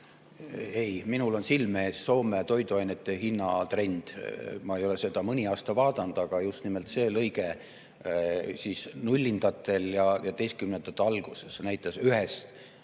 Ei, minul on silme ees Soome toiduainete hinna trend. Ma ei ole seda mõni aasta vaadanud, aga just nimelt see lõige nullindatel ja teistkümnendate alguses näitas ühest